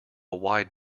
wide